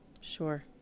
Sure